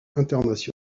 international